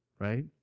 Right